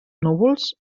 núvols